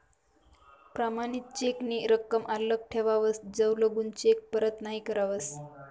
प्रमाणित चेक नी रकम आल्लक ठेवावस जवलगून चेक परत नहीं करावस